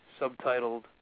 subtitled